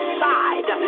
side